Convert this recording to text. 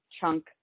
chunk